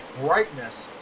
brightness